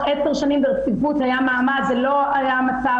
10 שנים ברציפות היה מעמד זה לא היה המצב,